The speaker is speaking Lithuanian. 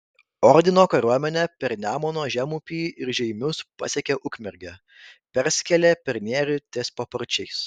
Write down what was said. ordino kariuomenė per nemuno žemupį ir žeimius pasiekė ukmergę persikėlė per nerį ties paparčiais